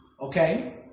okay